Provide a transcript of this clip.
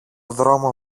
δρόμο